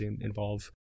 involve